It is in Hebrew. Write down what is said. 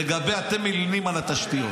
אתם אילמים על התשתיות.